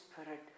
Spirit